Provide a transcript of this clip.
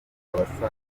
abasaza